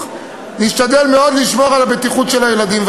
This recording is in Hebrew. נשתדל מאוד לשמור על הבטיחות של הילדים.